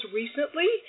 recently